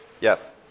Yes